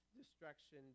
destruction